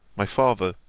my father,